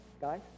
Guys